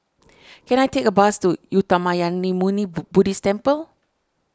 can I take a bus to Uttamayanmuni Buddhist Temple